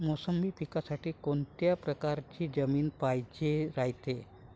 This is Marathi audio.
मोसंबी पिकासाठी कोनत्या परकारची जमीन पायजेन रायते?